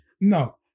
No